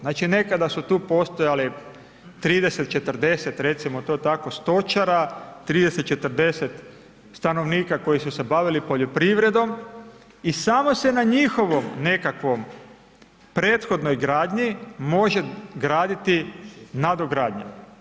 Znači nekada su to postojale 30, 40 recimo to tako stočara, 30, 40 stanovnika koji su se bavili poljoprivredom i samo se na njihovoj prethodnoj gradnji može graditi nadogradnja.